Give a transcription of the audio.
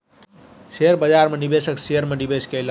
share बाजार में निवेशक शेयर में निवेश कयलक